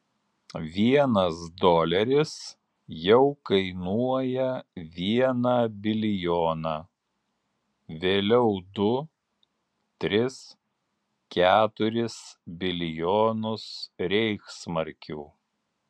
vienas doleris jau kainuoja vieną bilijoną vėliau du tris keturis bilijonus reichsmarkių